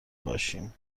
باشیم